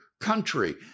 country